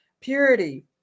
Purity